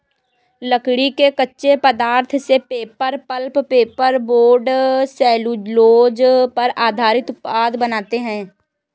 लकड़ी के कच्चे पदार्थ से paper, pulp, paper board, cellulose पर आधारित उत्पाद बनाते हैं